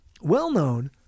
well-known